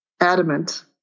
adamant